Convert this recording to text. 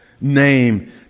name